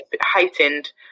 heightened